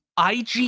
IG